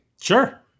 sure